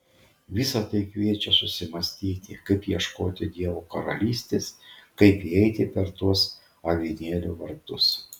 visa tai kviečia susimąstyti kaip ieškoti dievo karalystės kaip įeiti per tuos avinėlio vartus